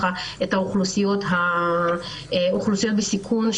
אוכלוסיות בסיכון,